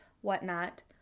whatnot